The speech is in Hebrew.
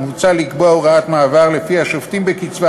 מוצע לקבוע הוראת מעבר שלפיה שופטים בקצבה